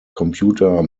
computer